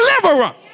deliverer